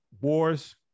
wars